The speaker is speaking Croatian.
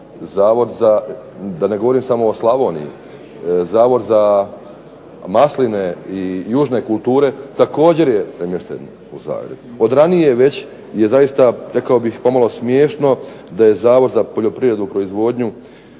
Zavod za, da ne govorim samo o Slavoniji. Zavod za masline i južne kulture također je premješten u Zagreb. Od ranije već je zaista rekao bih pomalo smiješno da je Zavod za poljoprivrednu proizvodnju